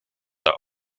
are